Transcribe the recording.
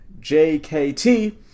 JKT